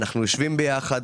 אנחנו יושבים ביחד,